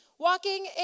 Walking